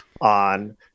on